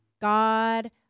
God